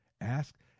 ask